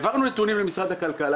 העברנו נתונים למשרד הכלכלה.